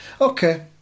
okay